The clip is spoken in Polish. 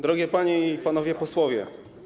Drogie Panie i Panowie Posłowie!